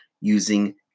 using